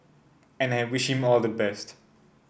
and I wish him all the best